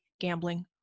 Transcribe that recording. gambling